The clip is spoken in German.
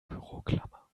büroklammer